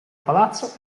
palazzo